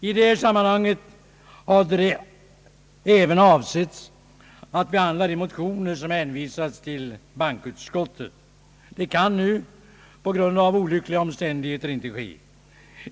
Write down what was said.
Avsikten har varit att i detta sammanhang även skulle kunna behandlas de motioner som hänvisats till bankoutskottet. Det kan nu på grund av olyckliga omständigheter inte ske.